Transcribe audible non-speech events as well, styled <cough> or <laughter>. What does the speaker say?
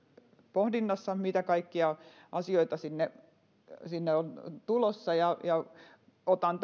pohdinnassa mitä kaikkia asioita sinne sinne on tulossa otan <unintelligible>